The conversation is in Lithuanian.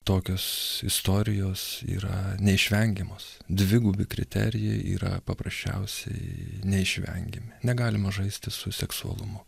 tokios istorijos yra neišvengiamos dvigubi kriterijai yra paprasčiausiai neišvengiami negalima žaisti su seksualumu